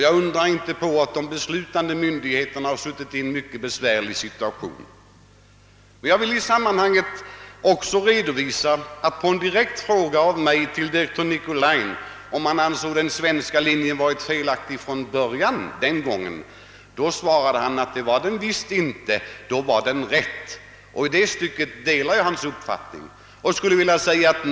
Jag undrar om inte också de beslutande myndigheterna har stått i en mycket besvärlig situation i det sammanbanget. Jag vill också redovisa att på min direkta fråga till direktör Nicolin, huruvida han ansåg den svenska linjen vara felaktig från början, svarade han att det var den visst inte; då var den riktig. I det stycket delar jag helt hans uppfattning.